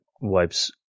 wipes